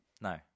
No